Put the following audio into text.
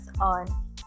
on